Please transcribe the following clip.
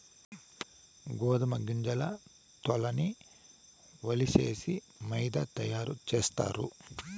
గోదుమ గింజల తోల్లన్నీ ఒలిసేసి మైదా తయారు సేస్తారు